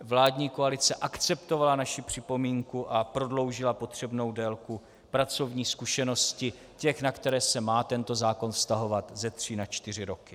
Vládní koalice akceptovala naši připomínku a prodloužila potřebnou délku pracovní zkušenosti těch, na které se má tento zákon vztahovat, ze tří na čtyři roky.